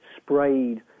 sprayed